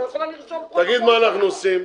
תגיד, מה אנחנו עושים?